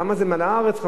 למה זה "מלאה הארץ חמס?